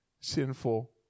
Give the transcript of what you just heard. sinful